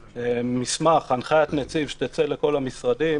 מסמך, הנחית נציב שתצא לכל המשרדים